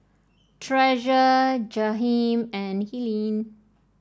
Treasure Jaheim and Helene